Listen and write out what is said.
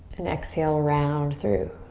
and exhale, round through.